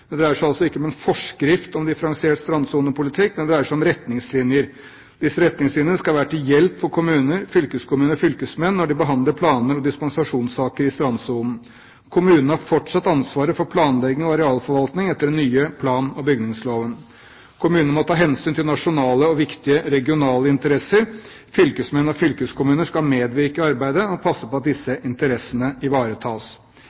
Det dreier seg altså ikke om en forskrift om differensiert strandsonepolitikk, men det dreier seg om retningslinjer. Disse retningslinjene skal være til hjelp for kommuner, fylkeskommuner og fylkesmenn når de behandler planer og dispensasjonssaker i strandsonen. Kommunene har fortsatt ansvaret for planlegging og arealforvaltning etter den nye plan- og bygningsloven. Kommunene må ta hensyn til nasjonale og viktige regionale interesser. Fylkesmenn og fylkeskommuner skal medvirke i arbeidet og passe på at